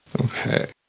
Okay